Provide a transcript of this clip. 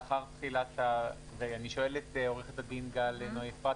אני שואל את עו"ד גל נוי אפרת,